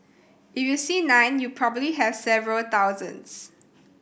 if you see nine you probably have several thousands